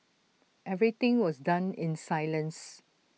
everything was done in silence